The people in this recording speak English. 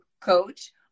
coach